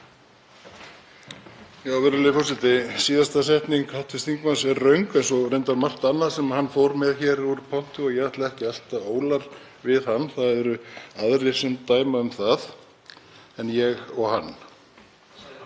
Virðulegur forseti. Síðasta setning hv. þingmanns er röng eins og reyndar margt annað sem hann fór með hér úr pontu en ég ætla ekki að elta ólar við hann. Það eru aðrir sem dæma um það en ég og hann.